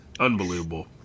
Unbelievable